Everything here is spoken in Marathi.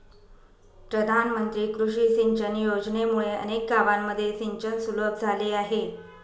प्रधानमंत्री कृषी सिंचन योजनेमुळे अनेक गावांमध्ये सिंचन सुलभ झाले आहे